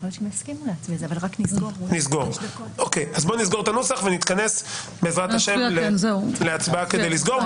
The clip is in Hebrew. בואו נסגור את הנוסח ונתכנס בעזרת השם להצבעה כדי לסגור.